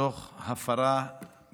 תוך הפרה גסה